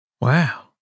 Wow